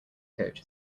coach